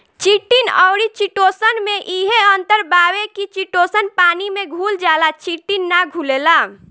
chitin अउरी chitosan में इहे अंतर बावे की चिटोसन पानी में घुल जाला चिटिन ना घुलेला